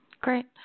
Great